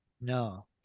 no